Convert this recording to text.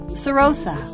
serosa